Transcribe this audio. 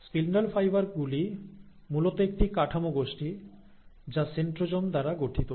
spindle fibre গুলি মূলত একটি কাঠামো গোষ্ঠী যা সেন্ট্রোজোম দ্বারা গঠিত